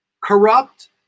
corrupt